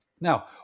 Now